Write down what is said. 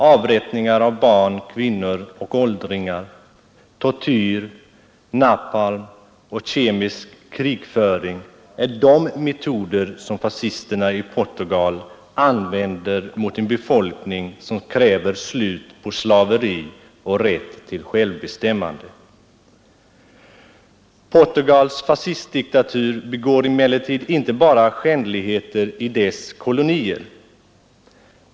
Avrättningar av barn, kvinnor och åldringar, tortyr, napalm och kemisk krigföring är de metoder som fascisterna i Portugal använder mot en befolkning, som kräver slut på slaveri och rätt till självbestämmande. Portugals fascistdiktatur begår emellertid inte bara skändligheter i sina kolonier.